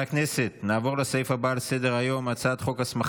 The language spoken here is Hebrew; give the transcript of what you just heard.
אני קובע כי הצעת חוק התכנון והבנייה (תיקון מס'